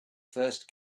first